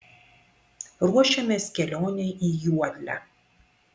ruošiamės kelionei į juodlę